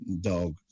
dog